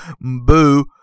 boo